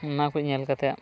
ᱚᱱᱟ ᱠᱚ ᱧᱮᱞ ᱠᱟᱛᱮᱫ